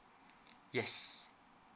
yes